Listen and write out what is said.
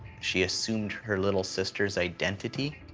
she assumed her little sister's identity,